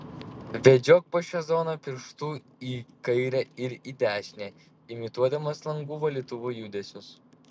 vedžiok po šią zoną pirštu į kairę ir į dešinę imituodamas langų valytuvų judesius